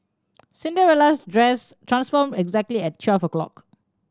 Cinderella's dress transformed exactly at twelve o'clock